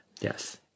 Yes